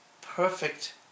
perfect